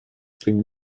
bringt